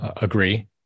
agree